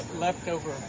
leftover